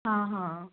ਹਾਂ ਹਾਂ